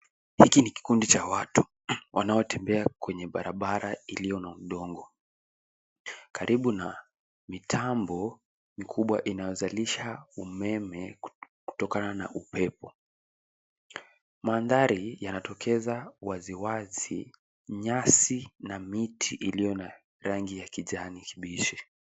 Hiki ni kikundi cha watu wanaotembea kwenye barabara iliyo na udongo karibu na mitambo mikubwa inayozalisha umeme kutokana na upepo. Mandhari yanatokeza waziwazi nyasi na miti iliyo na rangi ya kijani kibichi.